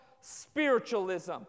spiritualism